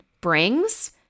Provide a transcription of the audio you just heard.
brings